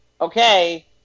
okay